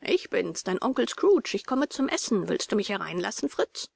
ich bin's dein onkel scrooge ich komme zum essen willst du mich hereinlassen fritz